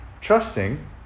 trusting